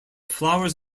flowers